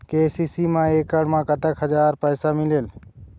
KCC मा एकड़ मा कतक हजार पैसा मिलेल?